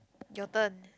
your turn